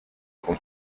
und